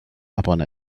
upon